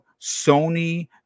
Sony